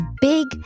big